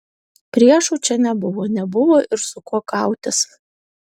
priešų čia nebuvo nebuvo ir su kuo kautis